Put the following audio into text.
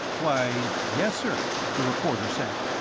why, yes, sir, the reporter said.